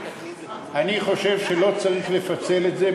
אני חושב שלא צריך לפצל את זה,